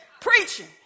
Preaching